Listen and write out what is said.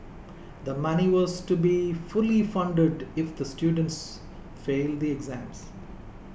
the money was to be fully funded if the students fail the exams